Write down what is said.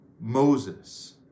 Moses